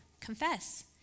confess